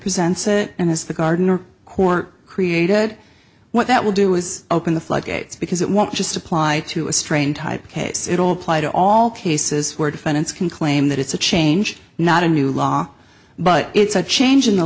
presents and as the gardener court created what that will do is open the floodgates because it won't just apply to a strain type case it all apply to all cases where defendants can claim that it's a change not a new law but it's a change in